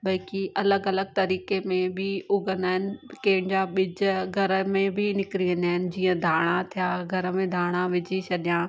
भई की अलॻि अलॻि तरीक़े में बि उगंदा आहिनि कंहिंजा बिज घर में बि निकिरी वेंदा आहिनि जीअं धाणा थिया घर में धाणा विझी छॾियां